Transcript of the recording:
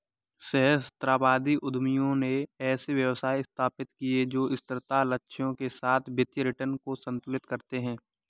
सहस्राब्दी उद्यमियों ने ऐसे व्यवसाय स्थापित किए जो स्थिरता लक्ष्यों के साथ वित्तीय रिटर्न को संतुलित करते हैं